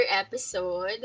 episode